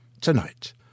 tonight